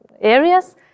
areas